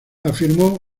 afirmó